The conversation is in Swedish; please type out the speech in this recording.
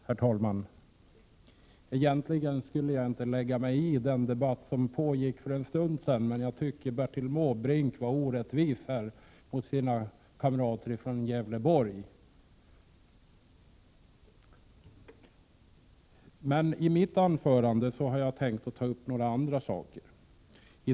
Herr talman! Egentligen skulle jag inte lägga mig i den debatt som pågick för en stund sedan, men jag vill ändå säga att jag tycker att Bertil Måbrink var orättvis mot sina kamrater från Gävleborg. I mitt anförande har jag tänkt ta upp några andra saker.